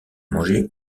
manger